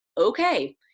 Okay